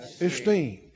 esteemed